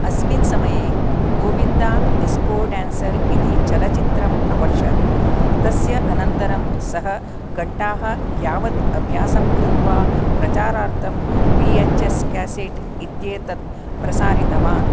अस्मिन् समये Govinda disco dancer इति चलच्चित्रम् अपश्यत् यस्य अनन्तरं सः घण्टाः यावत् अभ्यासं कृत्वा प्रचारार्थं वी एच् एस् केसेट् इत्येतत् प्रसारितवान्